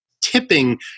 tipping